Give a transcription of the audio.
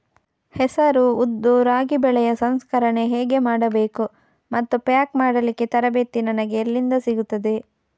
ಹೆಸರು, ಉದ್ದು, ರಾಗಿ ಬೆಳೆಯ ಸಂಸ್ಕರಣೆ ಹೇಗೆ ಮಾಡಬೇಕು ಮತ್ತು ಪ್ಯಾಕ್ ಮಾಡಲಿಕ್ಕೆ ತರಬೇತಿ ನನಗೆ ಎಲ್ಲಿಂದ ಸಿಗುತ್ತದೆ?